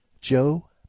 Joe